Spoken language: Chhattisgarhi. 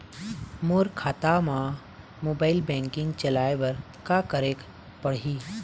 मोर खाता मा मोबाइल बैंकिंग चलाए बर का करेक पड़ही?